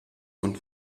und